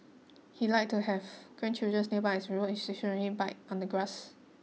he liked to have grandchildren nearby as he rode his stationary bike on the grass